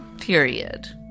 Period